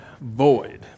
void